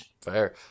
Fair